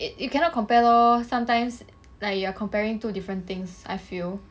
you you cannot compare lor sometimes like you are comparing two different things I feel